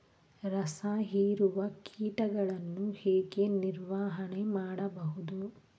ರಸ ಹೀರುವ ಕೀಟಗಳನ್ನು ಹೇಗೆ ನಿರ್ವಹಣೆ ಮಾಡಬಹುದು?